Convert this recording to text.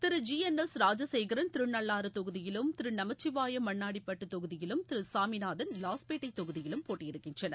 திரு G N S Rajasekaran Thirunallar தொகுதியிலும் திரு நமச்சிவாயம் மண்ணாடிபட்டு தொகுதியிலும் திரு சாமிநாதன் லாஸ்பேட்டை தொகுதியிலும் போட்டியிடுகின்றனர்